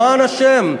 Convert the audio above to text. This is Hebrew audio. למען השם,